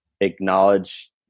acknowledge